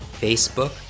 Facebook